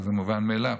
זה מובן מאליו.